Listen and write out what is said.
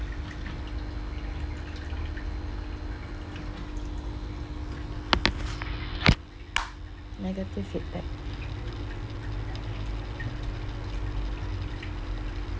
negative feedback